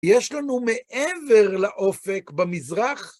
יש לנו מעבר לאופק במזרח,